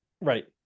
right